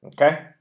okay